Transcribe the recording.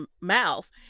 mouth